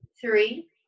Three